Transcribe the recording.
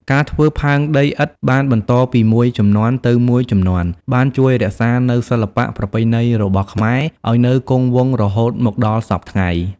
ការធ្វើផើងដីឥដ្ឋបានបន្តពីមួយជំនាន់ទៅមួយជំនាន់ បានជួយរក្សានូវសិល្បៈប្រពៃណីរបស់ខ្មែរឲ្យនៅគង់វង្សរហូតមកដល់សព្វថ្ងៃ។